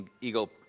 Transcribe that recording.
eagle